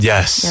Yes